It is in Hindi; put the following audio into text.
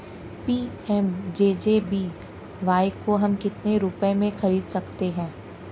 पी.एम.जे.जे.बी.वाय को हम कितने रुपयों में खरीद सकते हैं?